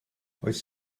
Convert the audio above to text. oes